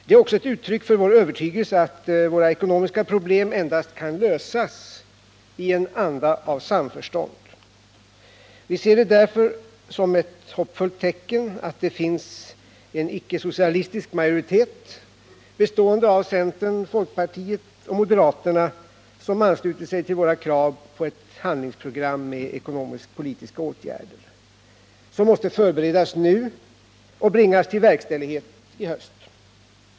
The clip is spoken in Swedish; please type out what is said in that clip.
Det är också eu uttryck för vår övertygelse att våra ekonomiska problem kan lösas endast i en anda av samförstånd. Vi ser det därför som ett hoppfullt tecken att det finns en icke socialistisk majoritet bestående av centern, folkpartiet och moderaterna som anslutit sig till vårt krav på ett handlingsprogram med ekonomiskt-politiska åtgärder, som måste förberedas nu och bringas till verkställighet i höst.